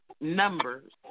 numbers